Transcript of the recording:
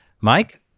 Mike